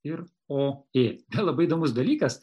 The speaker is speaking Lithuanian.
ir o ė na labai įdomus dalykas